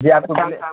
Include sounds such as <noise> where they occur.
جی آپ کو <unintelligible>